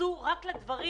שהתייחסו רק לדברים